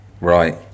Right